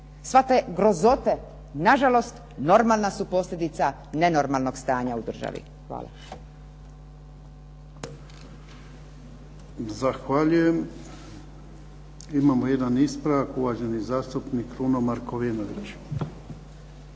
sve te grozote nažalost normalna su posljedica nenormalnog stanja u državi. Hvala. **Jarnjak, Ivan (HDZ)** Zahvaljujem. Imamo jedan ispravak, uvaženi zastupnik Kruno Markovinović.